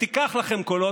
ותיקח לכם קולות,